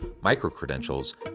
micro-credentials